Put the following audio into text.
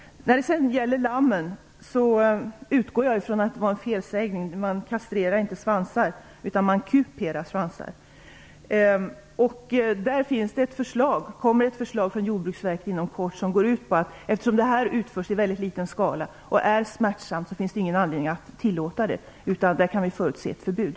Inom kort kommer ett förslag från Jordbruksverket när det gäller lammen. Kuperingen utförs i en liten skala och är smärtsam. Det finns ingen anledning att tillåta den. Därför kan vi förutse ett förbud.